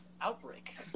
outbreak